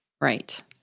Right